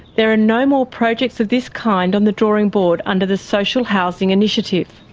there are no more projects of this kind on the drawing board under the social housing initiative.